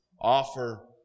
offer